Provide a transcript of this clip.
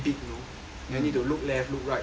then need to look left look right